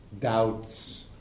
doubts